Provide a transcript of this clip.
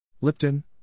Lipton